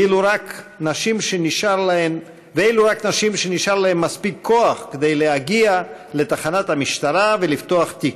ואלו רק נשים שנשאר להן מספיק כוח להגיע לתחנת המשטרה ולפתוח תיק.